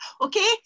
Okay